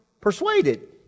persuaded